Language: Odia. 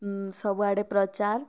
ଉଁ ସବୁ ଆଡ଼େ ପ୍ରଚାର୍